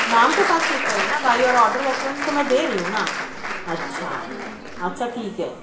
نام کے ساتھ چیک کریں نا بھائی اور آڈر ریفرینس تو میں دے رہی ہوں نا اچھا اچھا ٹھیک ہے